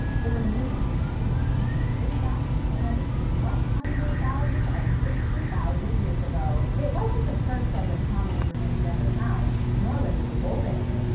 the remains of the extinct species date back to somewhere between one hundred thousand and sixty thousand years ago. it wasn't the first set of hominid remains ever found, nor was it the oldest.